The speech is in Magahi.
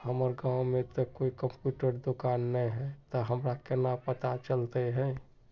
हमर गाँव में ते कोई कंप्यूटर दुकान ने है ते हमरा केना पता चलते है?